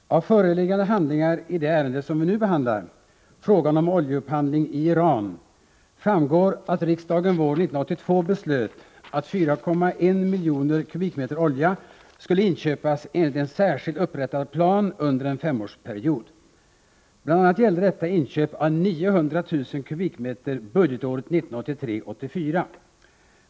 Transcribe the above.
Herr talman! Av föreliggande handlingar i det ärende som vi nu behandlar, frågan om oljeupphandling i Iran, framgår att riksdagen våren 1982 beslöt att 4,1 miljoner m? olja skulle inköpas enligt en särskilt upprättad plan under en femårsperiod. Bl. a. gällde detta inköp av 900 000 m? budgetåret 1983/84.